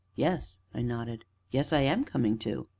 yes, i nodded yes, i am coming too.